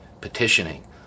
petitioning